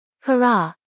Hurrah